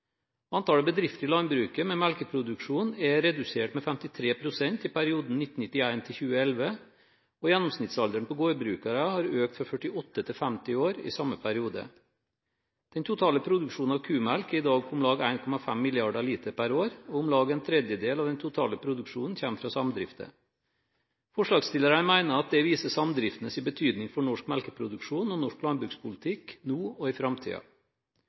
Antallet bedrifter i landbruket med melkeproduksjon er redusert med 53 pst. i perioden 1999–2011, og gjennomsnittsalderen på gårdbrukere har økt fra 48 til 50 år i samme periode. Den totale produksjonen av kumelk er i dag på om lag 1,5 milliarder liter per år, og om lag en tredel av den totale produksjonen kommer fra samdrifter. Forslagsstillerne mener at dette viser samdriftenes betydning for norsk melkeproduksjon og norsk landbrukspolitikk, nå og i